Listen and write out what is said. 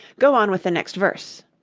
go on with the next verse